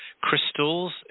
crystals